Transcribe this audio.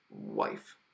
wife